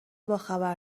باخبر